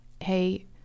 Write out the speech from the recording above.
hey